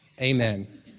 amen